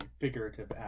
figurative